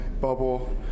bubble